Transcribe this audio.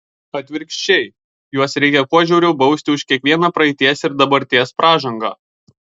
atvirkščiai juos reikia kuo žiauriau bausti už kiekvieną praeities ir dabarties pražangą